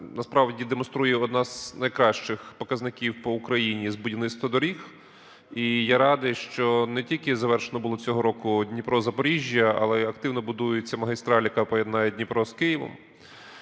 насправді демонструє один з найкращих показників по Україні з будівництва доріг. І я радий, що не тільки завершено було цього року "Дніпро-Запоріжжя", але й активно будується магістраль, яка поєднає Дніпро з Києвом.